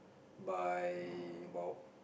by about